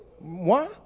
Moi